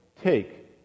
take